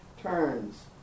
turns